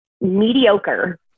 mediocre